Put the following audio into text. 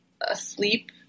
asleep